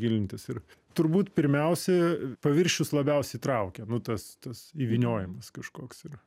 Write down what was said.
gilintis ir turbūt pirmiausia paviršius labiausiai traukia nu tas tas įvyniojimas kažkoks yra